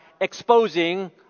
exposing